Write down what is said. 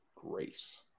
Grace